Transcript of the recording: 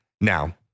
Now